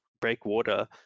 breakwater